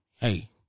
Hey